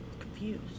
confused